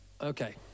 okay